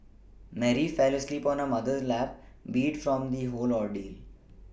Mary fell asleep on her mother's lap beat from the whole ordeal